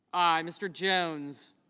i. mr. jones